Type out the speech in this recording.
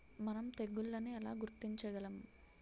మనం తెగుళ్లను ఎలా గుర్తించగలం?